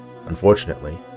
Unfortunately